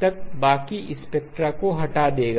तक बाकी स्पेक्ट्रा को हटा देगा